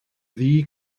ddi